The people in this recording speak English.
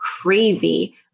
crazy